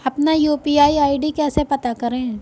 अपना UPI ID कैसे पता करें?